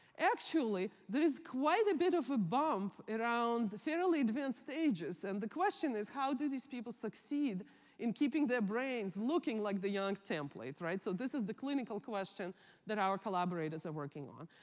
actually, there is quite a bit of a bump around the fairly advanced ages. and the question is, how do these people succeed in keeping their brains looking like the young template, right? so this is the clinical question that our collaborators are working on.